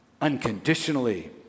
unconditionally